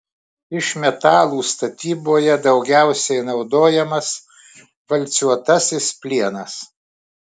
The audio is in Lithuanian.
iš metalų statyboje daugiausiai naudojamas valcuotasis plienas